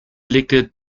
legte